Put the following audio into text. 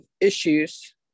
issues